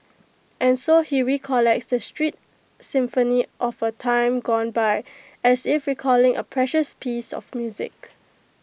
and so he recollects the street symphony of A time gone by as if recalling A precious piece of music